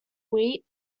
wheat